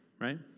right